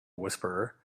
whisperer